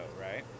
right